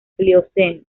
plioceno